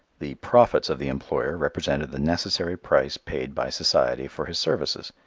the profits of the employer represented the necessary price paid by society for his services,